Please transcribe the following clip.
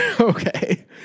Okay